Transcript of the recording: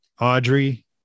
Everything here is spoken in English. audrey